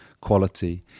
quality